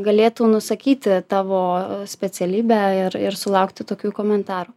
galėtų nusakyti tavo specialybę ir ir sulaukti tokių komentarų